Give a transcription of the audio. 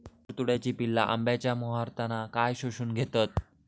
तुडतुड्याची पिल्ला आंब्याच्या मोहरातना काय शोशून घेतत?